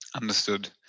understood